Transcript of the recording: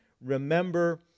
remember